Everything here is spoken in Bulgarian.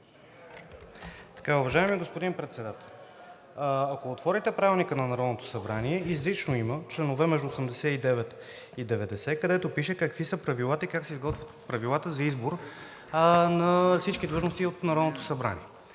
Уважаеми господин Председател, ако отворите Правилника на Народното събрание, изрично има членове между чл. 89 и 90, където пише какви са правилата и как се изготвят правилата за избор на всички длъжности от Народното събрание.